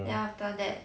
then after that